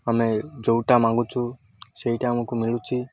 ଆମେ ଯେଉଁଟା ମାଗୁଛୁ ସେଇଟା ଆମକୁ ମିଳୁଛି